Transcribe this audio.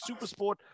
Supersport